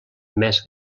més